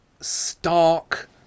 stark